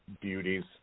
beauties